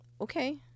okay